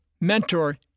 mentor